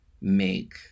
make